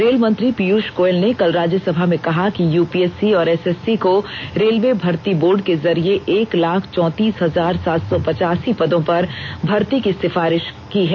rail मंत्री पीयूष गोयल ने कल राज्य सभा में कहा कि यूपीएससी और एसएससी को रेलवे भर्ती बोर्ड के जरिये एक लाख चौतीस हजार सात सौ पचासी पदो पर भर्ती की सिफारिष की है